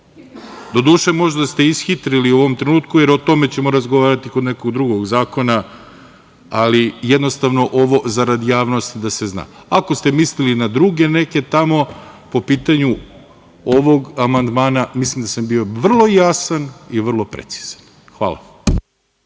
Doduše možda ste ishitrili u ovom trenutku, jer o tome ćemo razgovarati kod nekog drugog zakona, ali jednostavno ovo zarad javnosti da se zna. Ako ste mislili na druge neke tamo po pitanju ovog amandmana, mislim da sam bio vrlo jasan i vrlo precizan. Hvala.